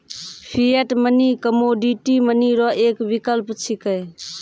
fiat money commodity money रो एक विकल्प छिकै